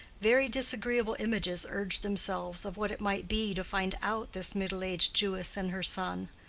very disagreeable images urged themselves of what it might be to find out this middle-aged jewess and her son.